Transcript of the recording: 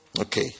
Okay